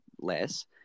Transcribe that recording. less